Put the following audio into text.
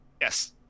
Yes